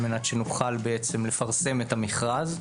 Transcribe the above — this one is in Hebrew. על מנת שנוכל בעצם לפרסם את המכרז.